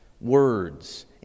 words